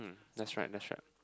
that's right that's right